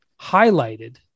highlighted